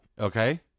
okay